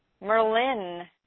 Merlin